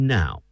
now